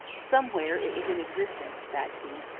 somewhere it was in existence, that key,